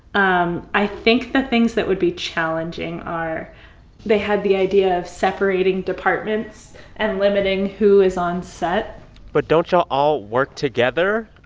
um i think the things that would be challenging are they had the idea of separating departments and limiting who is on set but don't y'all all work together?